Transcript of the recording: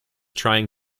trying